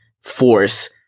force